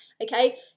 okay